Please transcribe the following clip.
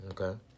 Okay